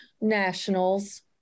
nationals